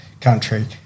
country